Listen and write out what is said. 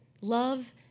Love